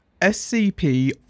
scp